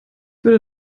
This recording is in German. würde